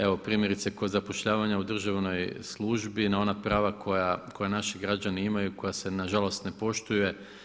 Evo primjerice kod zapošljavanja u državnoj službi na ona prava koja naši građani imaju, koja se nažalost ne poštuje.